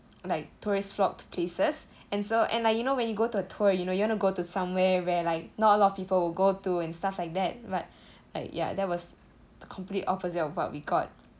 like tourists flocked places and so and like you know when you go to a tour you know you want to go to somewhere where like not a lot of people will go to and stuff like that but like ya that was the complete opposite of what we got